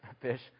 fish